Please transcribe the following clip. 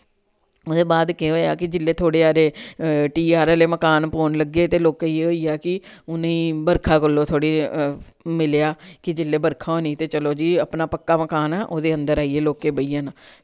ओह्दे बाद कोह् होया कि जेल्ले थोह्ड़े हारे टी आर आह्ले मकान पौंन लग्गे तो लोकेंई एह् होई आ की उनें बरखा कोलूं थोह्ड़ी मिलेआ कि जेल्ले बरखा होनी ते चलो जी अपना पक्का मकान ओह्दे अन्दर आईये लोकें बेही जेना